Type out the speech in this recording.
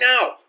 now